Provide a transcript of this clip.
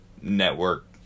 network